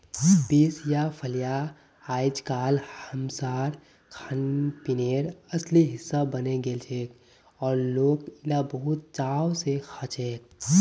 beans या फलियां अइजकाल हमसार खानपीनेर असली हिस्सा बने गेलछेक और लोक इला बहुत चाव स खाछेक